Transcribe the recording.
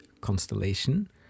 constellation